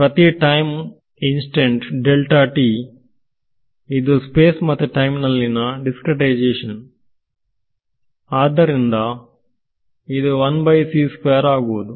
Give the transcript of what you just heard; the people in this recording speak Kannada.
ಪ್ರತಿ ಟೈಮ್ ಇನ್ಸ್ಟೆಂಟ್ ಹರಡಿದೆ ಇದು ಸ್ಪೇಸ್ ಮತ್ತು ಟೈಮ್ ನಲ್ಲಿನ ದಿಸ್ಕ್ರೇಟೈಸೇಶನ್ ಆದ್ದರಿಂದ ಇದು ಆಗುವುದು